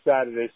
Saturday